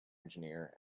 engineer